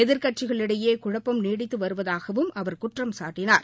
எதிர்க்கட்சிகளிடையே குழப்பம் நீடித்து வருவதாகவும் அவர் குற்றம்சாட்டினார்